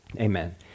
amen